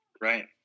Right